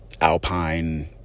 alpine